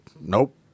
Nope